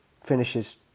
finishes